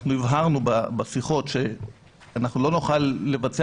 אנחנו הבהרנו בשיחות שאנחנו לא נוכל לבצע